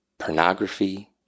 Pornography